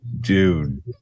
Dude